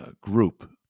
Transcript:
group